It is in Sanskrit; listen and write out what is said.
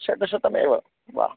षड्शतमेव वा